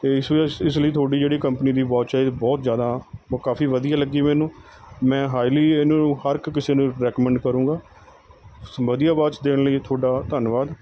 ਅਤੇ ਇਸ ਲਈ ਤੁਹਾਡੀ ਜਿਹੜੀ ਕੰਪਨੀ ਦੀ ਵਾਚ ਹੈ ਇਹ ਬਹੁਤ ਜ਼ਿਆਦਾ ਕਾਫ਼ੀ ਵਧੀਆ ਲੱਗੀ ਮੈਨੂੰ ਮੈਂ ਹਾਈਲੀ ਇਹਨੂੰ ਹਰ ਇੱਕ ਕਿਸੇ ਨੂੰ ਰਿਕਮੈਂਡ ਕਰੂਗਾ ਵਧੀਆ ਵਾਚ ਦੇਣ ਲਈ ਤੁਹਾਡਾ ਧੰਨਵਾਦ